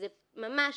זה ממש